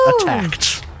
attacked